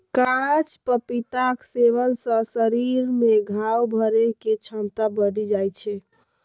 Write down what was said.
कांच पपीताक सेवन सं शरीर मे घाव भरै के क्षमता बढ़ि जाइ छै